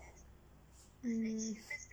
mm